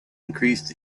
increased